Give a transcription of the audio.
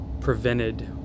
prevented